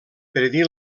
predir